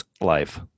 life